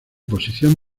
posición